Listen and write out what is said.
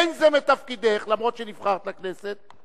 אף-על-פי שנבחרת לכנסת,